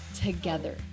together